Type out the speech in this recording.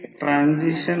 5 KV दिले आहे